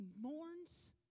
mourns